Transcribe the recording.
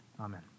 Amen